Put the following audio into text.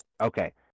Okay